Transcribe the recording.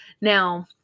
Now